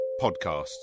podcasts